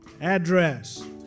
address